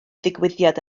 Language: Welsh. ddigwyddiad